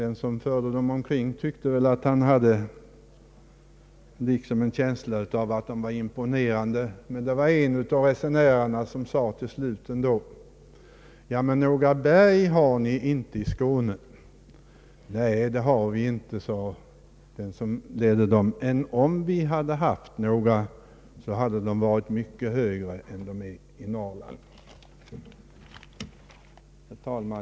Den som förde dem omkring hade en känsla av att de var imponerade, men en av resenärerna sade till slut ändå: ”Ja, men Statsverkspropositionen m.m. några berg har ni inte i Skåne.” ”Nej, det har vi inte”, sade den som ledde dem omkring, ”men om vi haft några, hade de varit mycket högre än de som finns i Norrland.” Herr talman!